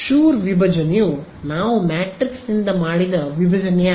ಶುರ್ ವಿಭಜನೆಯು ನಾವು ಮ್ಯಾಟ್ರಿಕ್ಸ್ ನಿಂದ ಮಾಡಿದ ವಿಭಜನೆಯಾಗಿದೆ